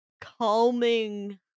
calming